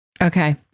Okay